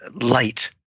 light